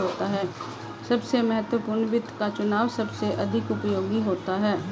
सबसे महत्वपूर्ण वित्त का चुनाव सबसे अधिक उपयोगी होता है